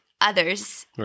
others